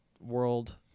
world